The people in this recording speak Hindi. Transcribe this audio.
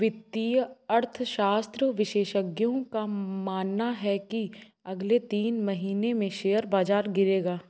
वित्तीय अर्थशास्त्र विशेषज्ञों का मानना है की अगले तीन महीने में शेयर बाजार गिरेगा